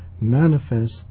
...manifest